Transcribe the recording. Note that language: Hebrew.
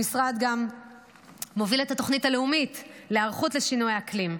המשרד גם מוביל את התוכנית הלאומית להיערכות לשינויי האקלים.